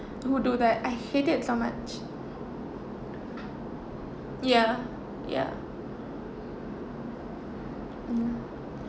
who do that I hated so much ya ya mm